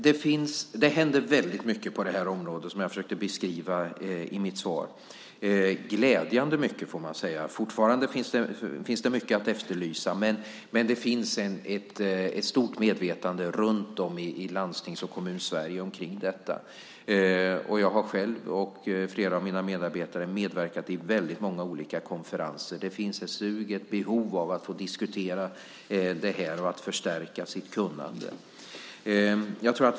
Det händer mycket på området, och det försökte jag beskriva i mitt svar. Glädjande mycket, får man säga. Det finns fortfarande mycket att efterlysa, men det finns ett stort medvetande runt om i Landstings och Kommun-Sverige om detta. Jag själv, och flera av mina medarbetare, har medverkat i många olika konferenser. Det finns ett sug och ett behov av att få diskutera detta och förstärka sitt kunnande.